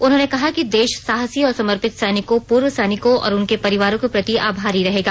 उन्होंने कहा कि देश साहसी और समर्पित सैनिकों पूर्व सैनिकों और उनके परिवारों के प्रति आभारी रहेगा